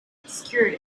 obscured